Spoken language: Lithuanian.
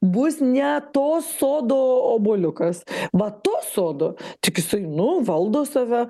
bus ne to sodo obuoliukas va to sodo tik jisai nu valdo save